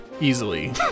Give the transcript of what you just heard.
easily